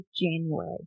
January